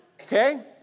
okay